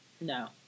No